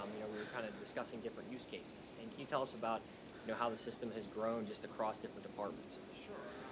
um you know, we were kind of discussing different use cases. and can you tell us about, you know, how the system has grown just across different departments? sure.